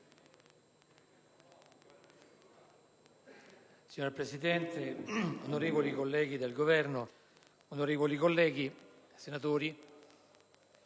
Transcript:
Signor Presidente, onorevoli rappresentanti del Governo, onorevoli colleghi senatori,